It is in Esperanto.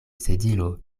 sedilo